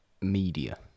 media